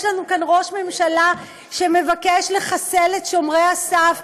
יש לנו כאן ראש ממשלה שמבקש לחסל את שומרי הסף,